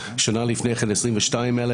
שנה לפני כן 22,000,